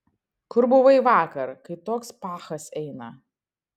kur buvai vakar kai toks pachas eina